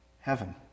heaven